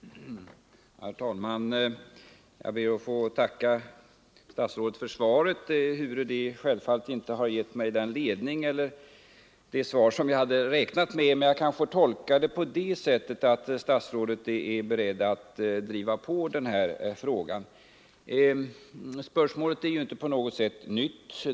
Herr talman! Jag ber att få tacka statsrådet för svaret på min enkla fråga, ehuru det självfallet inte var det svar som jag hade räknat med. Men jag kanske får tolka det på det sättet att statsrådet är beredd att driva på saken. Spörsmålet är ju inte på något sätt nytt.